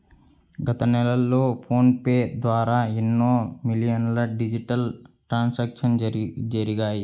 గత నెలలో PhonePe ద్వారా ఎన్నో మిలియన్ల డిజిటల్ ట్రాన్సాక్షన్స్ జరిగాయి